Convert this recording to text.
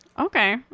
Okay